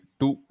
two